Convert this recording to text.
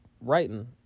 writing